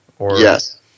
Yes